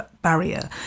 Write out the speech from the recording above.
barrier